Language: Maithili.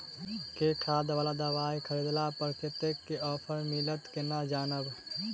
केँ खाद वा दवाई खरीदला पर कतेक केँ ऑफर मिलत केना जानब?